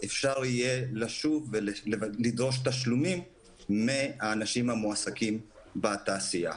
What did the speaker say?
אפשר יהיה לשוב ולדרוש תשלומים מהאנשים המועסקים בתעשייה.